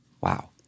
Wow